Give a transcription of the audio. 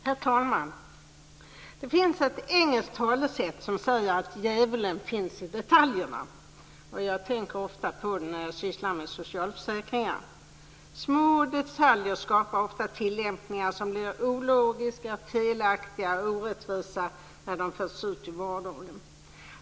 Herr talman! Det finns ett engelskt talesätt som säger att "djävulen finns i detaljerna". Jag tänker ofta på det när jag sysslar med socialförsäkringar. Små detaljer skapar ofta tillämpningar som blir ologiska, felaktiga och orättvisa när de förs ut i vardagen.